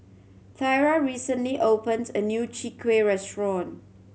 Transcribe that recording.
Thyra recently opened a new Chwee Kueh restaurant